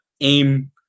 aim